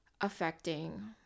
affecting